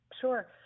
Sure